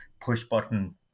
push-button